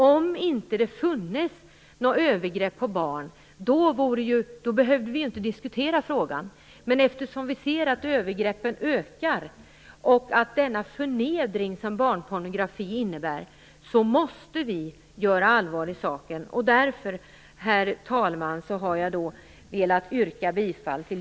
Om det inte begicks övergrepp mot barn hade vi inte behövt diskutera frågan, men eftersom vi ser att övergreppen ökar och att barnpornografi innebär förnedring, måste vi göra allvar av saken. Därför, herr talman, har jag velat yrka bifall till